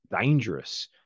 dangerous